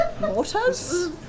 Mortars